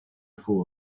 fool